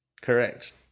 Correct